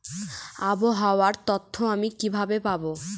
আবহাওয়ার তথ্য আমি কিভাবে পাবো?